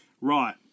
Right